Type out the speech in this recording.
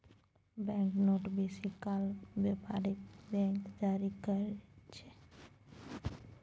bank note बेसी काल बेपारिक बैंक जारी करय छै